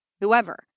whoever